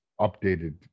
updated